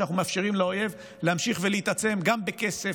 שבו אנחנו מאפשרים לאויב להמשיך להתעצם גם בכסף,